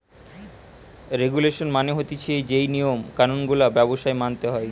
regulation মানে হতিছে যেই নিয়ম কানুন গুলা ব্যবসায় মানতে হয়